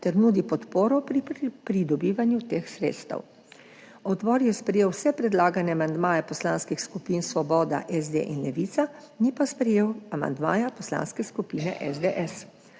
ter nudi podporo pri pridobivanju teh sredstev. Odbor je sprejel vse predlagane amandmaje poslanskih skupin Svoboda, SD in Levica, ni pa sprejel amandmaja Poslanske skupine SDS.